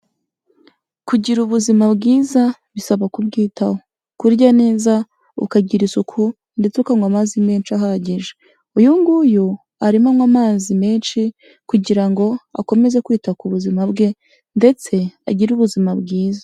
Kugira ubuzima bwiza bisaba kubwitaho, kurya neza, ukagira isuku ndetse ukanywa amazi menshi ahagije, uyu nguyu arimo anywa amazi menshi kugira ngo akomeze kwita ku buzima bwe ndetse agire ubuzima bwiza.